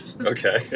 Okay